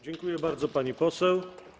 Dziękuję bardzo, pani poseł.